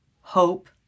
hope